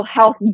health